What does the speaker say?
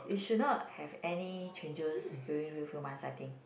we should not have any changes during these few months I think